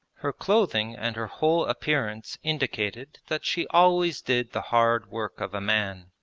her clothing and her whole appearance indicated that she always did the hard work of a man.